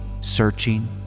searching